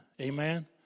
Amen